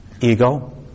Ego